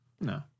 No